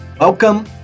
Welcome